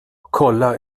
kolla